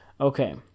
okay